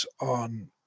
on